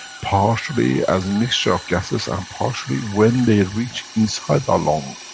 partially, as a mixture of gases and partially when they reach inside our lung,